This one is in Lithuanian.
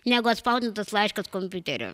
negu atspausdintas laiškas kompiuteriu